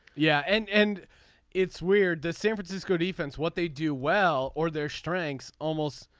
yeah and and it's weird the san francisco defense what they do well or their strengths almost